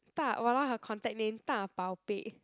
大 !walao! her contact name 大宝贝